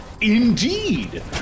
Indeed